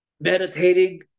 meditating